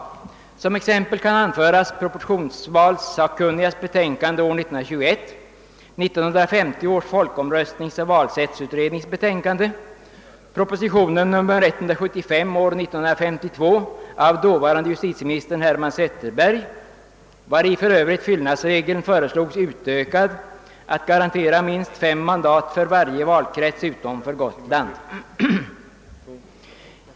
Som exempel kan anföras proportionsvalsakkunnigas betänkande år 1921, 1950 års folkomröstningsoch valsättsutrednings betänkande, proposition nr 175 år 1952 av dåvarande justitieministern Herman Zetterberg — i vilken för övrigt fyllnadsregeln föreslogs utökad att garantera minst 5 mandat för varje valkrets utom för Gotland.